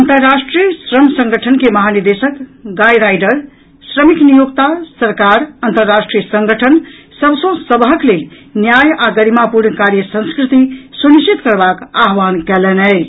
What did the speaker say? अंतर्राष्ट्रीय श्रम संगठन के महानिदेशक गाईराइडर श्रमिक नियोक्ता सरकार अंतर्राष्ट्रीय संगठन सभ सँ सबहक लेल न्याय आ गरिमापूर्ण कार्य संस्कृति सुनिश्चित करबाक आहवान कयलनि अछि